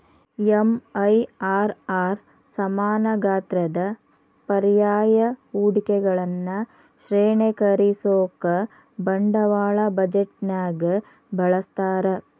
MIRR ಸಮಾನ ಗಾತ್ರದ ಪರ್ಯಾಯ ಹೂಡಿಕೆಗಳನ್ನ ಶ್ರೇಣೇಕರಿಸೋಕಾ ಬಂಡವಾಳ ಬಜೆಟ್ನ್ಯಾಗ ಬಳಸ್ತಾರ